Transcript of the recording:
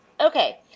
Okay